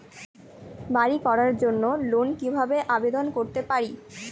বাড়ি করার জন্য লোন কিভাবে আবেদন করতে পারি?